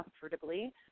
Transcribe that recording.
comfortably